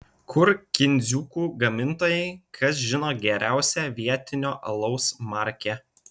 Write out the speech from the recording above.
kur kindziukų gamintojai kas žino geriausią vietinio alaus markę